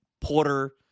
Porter